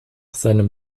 seinem